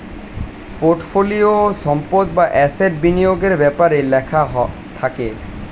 পোর্টফোলিওতে সম্পদ বা অ্যাসেট বিনিয়োগের ব্যাপারে লেখা থাকে